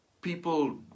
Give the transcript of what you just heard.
people